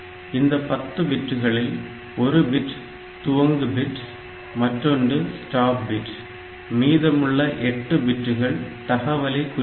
இந்த பத்து பிட்களில் ஒரு பிட் துவங்கு பிட் மற்றொன்று ஸ்டாப் பிட் மீதமுள்ள 8 பிட்டுகள் தகவலை குறிக்கின்றது